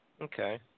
Okay